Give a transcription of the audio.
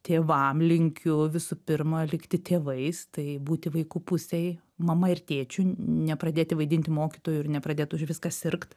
tėvam linkiu visų pirma likti tėvais tai būti vaikų pusėj mama ir tėčiu nepradėti vaidinti mokytojų ir nepradėt už viską sirgt